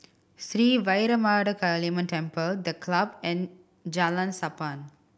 Sri Vairavimada Kaliamman Temple The Club and Jalan Sappan